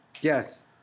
Yes